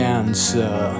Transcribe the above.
answer